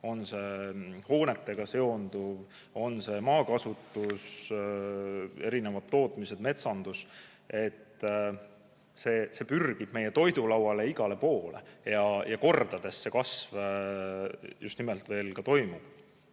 on see hoonetega seonduv, on see maakasutus, erinevad tootmised, metsandus. See pürgib meie toidulauale, igale poole ja kordades see kasv just nimelt ka toimub.